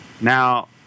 Now